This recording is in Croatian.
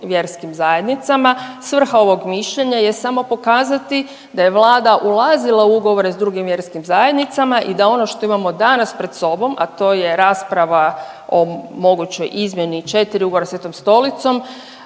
vjerskim zajednica. Svrha ovog mišljenja je samo pokazati da je Vlada ulazila u ugovore s drugim vjerskim zajednicama i da ono što imamo danas pred sobom, a to je rasprava o mogućoj izmjeni 4 ugovora sa Svetom Stolicom,